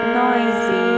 noisy